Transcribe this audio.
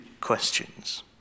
questions